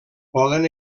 poden